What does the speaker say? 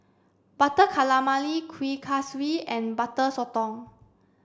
butter calamari Kuih Kaswi and Butter Sotong